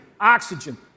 oxygen